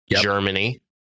germany